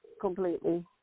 completely